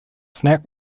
snack